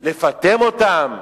הרבה יותר לפטם אותם,